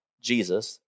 Jesus